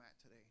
today